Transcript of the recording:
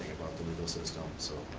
the legal system. so